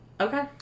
Okay